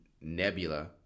Nebula